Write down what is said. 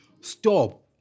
stop